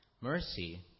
Mercy